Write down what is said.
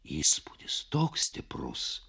įspūdis toks stiprus